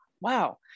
wow